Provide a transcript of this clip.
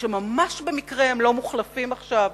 שממש במקרה לא מוחלפים עכשיו,